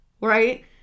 right